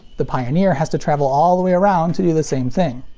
the pioneer has to travel all the way around to do the same thing.